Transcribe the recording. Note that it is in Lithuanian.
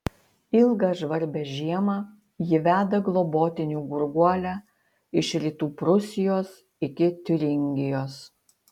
ilgą žvarbią žiemą ji veda globotinių gurguolę iš rytų prūsijos iki tiuringijos